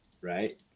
right